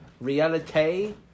reality